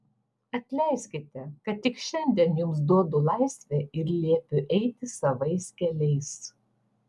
atleiskite kad tik šiandien jums duodu laisvę ir liepiu eiti savais keliais